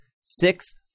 six